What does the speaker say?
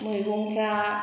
मैगंफोरा